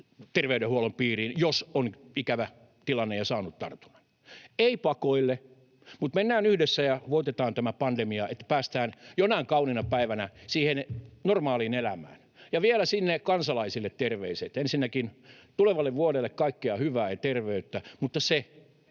terveydenhuollon piiriin, jos on ikävä tilanne ja saanut tartunnan. Ei pakoille, mutta mennään yhdessä ja voitetaan tämä pandemia, että päästään jonain kauniina päivänä siihen normaaliin elämään. Ja vielä kansalaisille terveiset. Ensinnäkin tulevalle vuodelle kaikkea hyvää ja terveyttä, mutta älkää